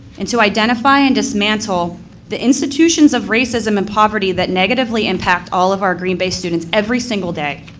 and to identify and dismantle the institutions of racism and poverty that negatively impact all of our green bay students every single day.